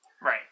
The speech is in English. Right